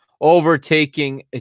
overtaking